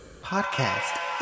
Podcast